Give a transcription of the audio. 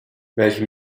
welche